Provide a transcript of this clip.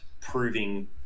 proving